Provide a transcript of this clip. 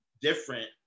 different